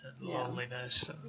loneliness